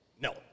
No